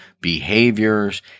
behaviors